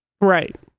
Right